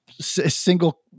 single